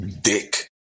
Dick